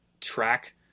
track